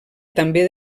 també